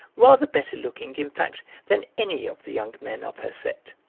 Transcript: rather better looking, in fact, than any of the young men of her set.